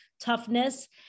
toughness